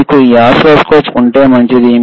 మీకు ఈ ఓసిల్లోస్కోప్ ఉంటే మంచిది